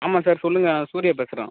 ஆமாம் சார் சொல்லுங்கள் நான் சூர்யா பேசுகிறேன்